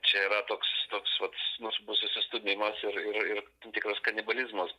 čia yra toks toks vat nors bus susistumimas ir ir ir tam tikras kanibalizmas